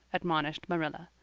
admonished marilla.